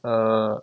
err